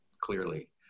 clearly